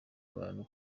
abantu